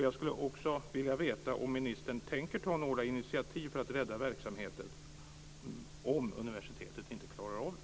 Jag skulle också vilja veta om ministern tänker ta några initiativ för att rädda verksamheten om universitetet inte klarar av det.